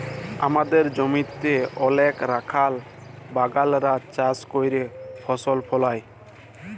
আমাদের জমিতে অলেক রাখাল বাগালরা চাষ ক্যইরে ফসল ফলায়